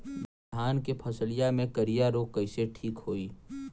धान क फसलिया मे करईया रोग कईसे ठीक होई?